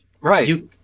Right